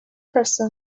person